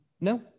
No